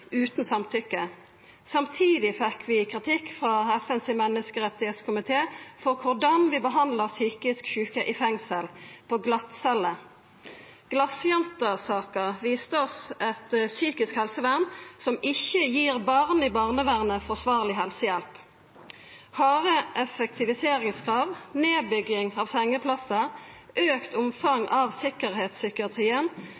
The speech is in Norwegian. utan samtykke. Samtidig fekk vi kritikk frå FNs menneskerettskomité for korleis vi behandlar psykisk sjuke i fengsel – vi set dei på glattcelle. Glassjenta-saka viste oss eit psykisk helsevern som ikkje gir barn i barnevernet forsvarleg helsehjelp. Harde effektiviseringskrav, nedbygging av sengeplassar